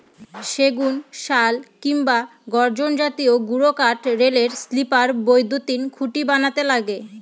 সেগুন, শাল কিংবা গর্জন জাতীয় গুরুকাঠ রেলের স্লিপার, বৈদ্যুতিন খুঁটি বানাতে লাগে